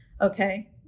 okay